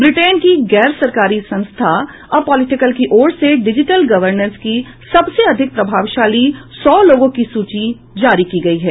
Britain की गैर सरकारी संस्था अपॉलिटिकल की ओर से डिजिटल गवर्नेंस की सबसे अधिक प्रभावशाली सौ लोगों की सूची जारी की गयी है